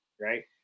right